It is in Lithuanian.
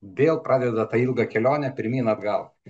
dėl pradeda tą ilgą kelionę pirmyn atgal